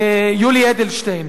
יולי אדלשטיין.